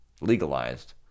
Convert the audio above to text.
legalized